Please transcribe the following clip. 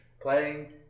playing